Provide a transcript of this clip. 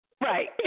Right